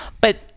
but-